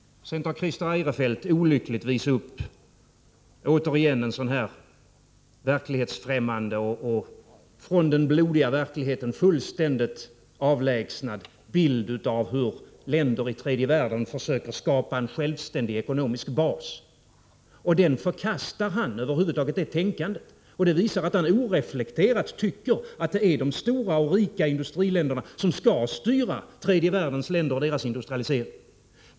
Christer Eirefelt tar olyckligtvis återigen upp en sådan här verklighetsfrämmande och från den blodiga verkligheten fullständigt avlägsnad bild av hur länder i tredje världen försöker skapa en självständig ekonomisk bas. Detta tänkande förkastar han helt. Det visar att han oreflekterat tycker att det är de stora och rika industriländerna som skall styra tredje världens länder och deras industrialisering.